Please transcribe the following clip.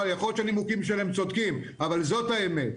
יכול להיות שהנימוקים שלהם צודקים, אבל זאת האמת.